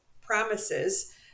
promises